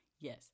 yes